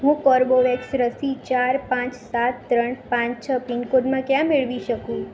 હું કોર્બેવેક્સ રસી ચાર પાંચ સાત ત્રણ પાંચ છ પિનકોડમાં ક્યાં મેળવી શકું